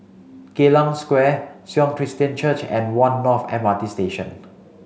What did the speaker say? Geylang Square Sion Christian Church and One North M R T Station